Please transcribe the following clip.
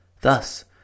Thus